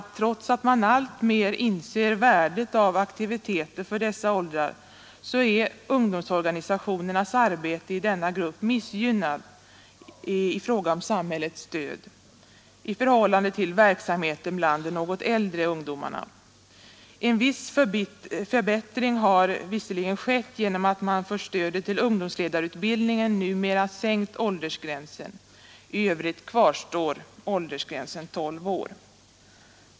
Trots att man alltmer inser värdet av aktiviteter för dessa åldrar är ungdomsorganisationernas arbete i denna grupp missgynnat i fråga om samhällets stöd i förhållande till verksamheten bland de äldre ungdomarna. En viss förbättring har visserligen skett genom att man för stödet till ungdomsledarutbildningen numera sänkt åldersgränsen, men i övrigt kvarstår åldersgränsen 12 år.